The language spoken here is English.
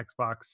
xbox